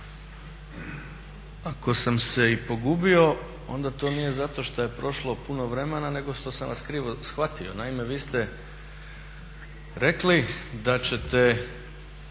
Ako sam se i pogubio onda to nije zato što je prošlo puno vremena nego što sam vas krivo shvatio, naime vi ste rekli da ćete